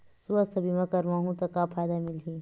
सुवास्थ बीमा करवाहू त का फ़ायदा मिलही?